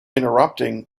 interrupting